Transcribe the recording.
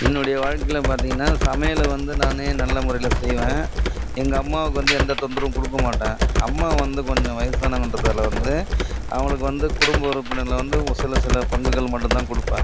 என்னுடைய வாழ்க்கையில் பார்த்தீங்கனா சமையலை வந்து நானே நல்ல முறையில் செய்வேன் எங்க அம்மாவுக்கு வந்து எந்த தொந்தரவும் கொடுக்க மாட்டேன் அம்மா வந்து கொஞ்சம் வயசானவங்கன்றதால் வந்து அவங்களுக்கு வந்து குடும்ப உறுப்பினர்கள வந்து ஒரு சில சில பங்குகள் மட்டும் தான் கொடுப்பேன்